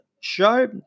show